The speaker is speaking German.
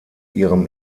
ihrem